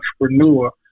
entrepreneur